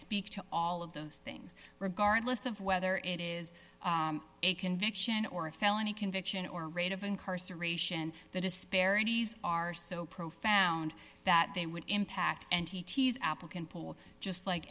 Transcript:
speak to all of those things regardless of whether it is a conviction or a felony conviction or rate of incarceration the disparities are so profound that they would impact entities applicant pool just like